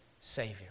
Savior